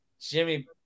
Jimmy